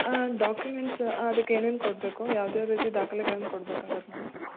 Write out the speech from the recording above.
ಆಂ documents ಅದಕ್ಕೇನೇನು ಕೊಡಬೇಕು ಯಾವುದು ಯಾವ ರೀತಿ ದಾಖಲೆಗಳನ್ನು ಕೊಡಬೇಕಾಗುತ್ತೆ ನಾನು